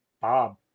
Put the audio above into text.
Bob